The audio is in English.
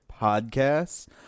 podcasts